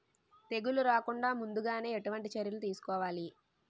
తెగుళ్ల రాకుండ ముందుగానే ఎటువంటి చర్యలు తీసుకోవాలి?